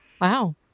Wow